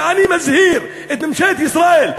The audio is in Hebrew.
ואני מזהיר את ממשלת ישראל,